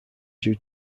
due